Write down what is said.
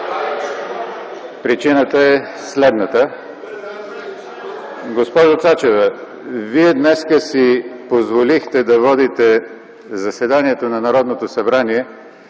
Причината е следната. Госпожо Цачева, Вие днес си позволихте да водите заседанието на Народното събрание